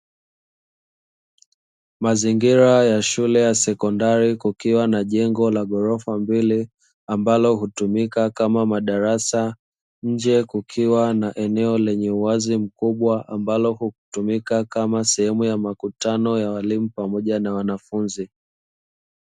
Mazingira ya shule ya sekondari kukiwa na jengo la ghorofa mbili ambalo hutumika kama madarasa. Nje kukiwa na eneo la uwazi mkubwa ambao hutumika kama sehemu ya makutano ya walimu pamoja na wanafunzi.